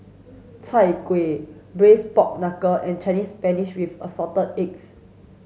Chai Kueh braised pork knuckle and Chinese spinach with assorted eggs